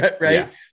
Right